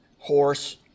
horse